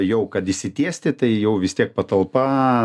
jau kad išsitiesti tai jau vis tiek patalpa